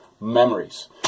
memories